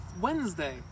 Wednesday